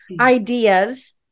ideas